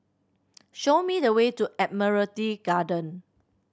show me the way to Admiralty Garden